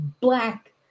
black